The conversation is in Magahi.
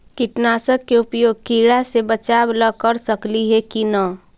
कीटनाशक के उपयोग किड़ा से बचाव ल कर सकली हे की न?